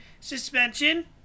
suspension